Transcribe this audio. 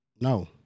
No